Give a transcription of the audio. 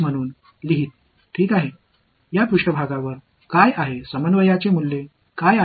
இந்த மேற்பரப்பில் என்ன இருக்கிறது ஒருங்கிணைத்தல் இன் மதிப்புகள் என்ன